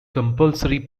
compulsory